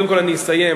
קודם כול אני אסיים,